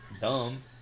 dumb